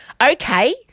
Okay